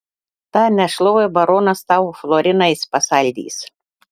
tą nešlovę baronas tau florinais pasaldys